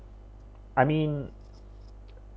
I mean